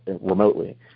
remotely